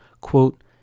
Quote